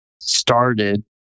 started